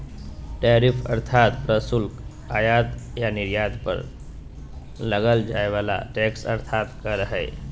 tariff अर्थात् प्रशुल्क आयात या निर्यात पर लगाल जाय वला टैक्स अर्थात् कर हइ